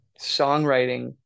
songwriting